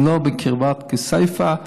ולא בקרבת כסייפה,